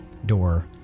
door